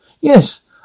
Yes